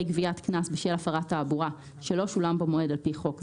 גביית קנס בשל הפרת תעבורה שלא שולם במועד על פי חוק זה,